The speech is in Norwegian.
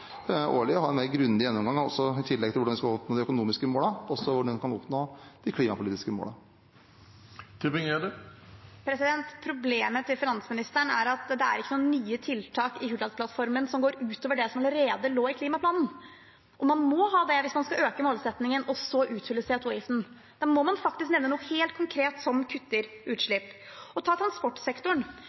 årlig ønsker å ha en mer grundig gjennomgang av hvordan vi i tillegg til å oppnå de økonomiske målene kan oppnå de klimapolitiske målene. Problemet til finansministeren er at det ikke er noen nye tiltak i Hurdalsplattformen utover det som allerede lå i klimaplanen. Man må ha det hvis man skal øke målsettingen og også uthule CO 2 -avgiften. Da må man faktisk nevne noe helt konkret som kutter utslipp. Ta transportsektoren: I klimaplanen sier vi at vi skal kutte 50 pst. av utslippene i transportsektoren